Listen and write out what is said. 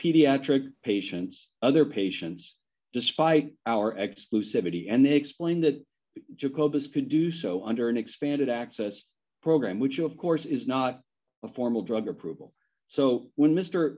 pediatric patients other patients despite our exclusivity and they explained that jacobus could do so under an expanded access program which of course is not a formal drug approval so when mr